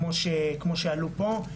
כמו שעלו פה,